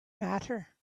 matter